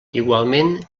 igualment